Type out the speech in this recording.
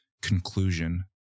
conclusion